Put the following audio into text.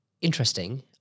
Interesting